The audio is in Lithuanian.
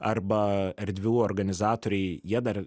arba erdvių organizatoriai jie dar